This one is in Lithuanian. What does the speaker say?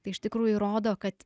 tai iš tikrųjų rodo kad